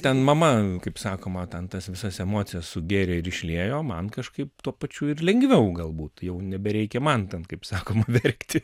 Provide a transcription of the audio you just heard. ten mama kaip sakoma ten tas visas emocijas sugėrė ir išliejo man kažkaip tuo pačiu ir lengviau galbūt jau nebereikia man ten kaip sakoma verkti